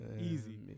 Easy